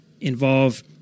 involve